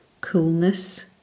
coolness